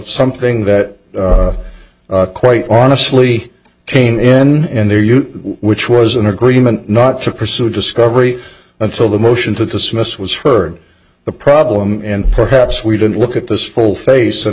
something that quite honestly came in in their youth which was an agreement not to pursue discovery until the motion to dismiss was heard the problem and perhaps we didn't look at this full face and